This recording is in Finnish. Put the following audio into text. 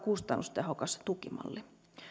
kustannustehokas tukimalli